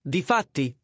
Difatti